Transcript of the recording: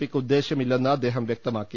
P യ്ക്ക് ഉദ്ദേശമില്ലെന്ന് അദ്ദേഹം വൃക്തമാക്കി